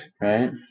right